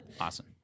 Awesome